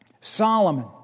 Solomon